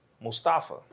Mustafa